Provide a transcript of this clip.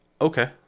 okay